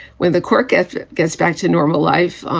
when the work ethic gets back to normal life,